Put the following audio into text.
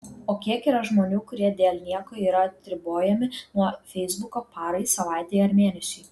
o kiek yra žmonių kurie dėl nieko yra atribojami nuo feisbuko parai savaitei ar mėnesiui